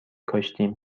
کاشتیم